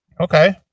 Okay